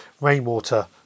Rainwater